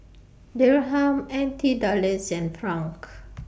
Dirham N T Dollars and Franc